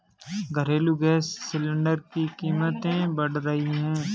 घरेलू gas cylinder की कीमतें बढ़ रही है